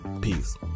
peace